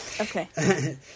Okay